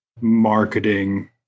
marketing